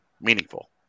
meaningful